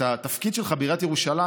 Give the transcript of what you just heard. את התפקיד שלך בעיריית ירושלים,